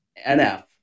NF